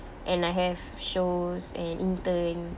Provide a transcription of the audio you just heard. and I have shows and intern